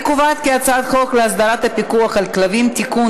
אני קובעת כי הצעת חוק להסדרת הפיקוח על כלבים (תיקון,